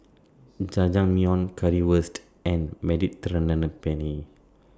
Jajangmyeon Currywurst and Mediterranean Penne